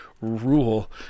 rule